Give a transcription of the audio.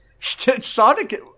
Sonic